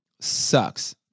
sucks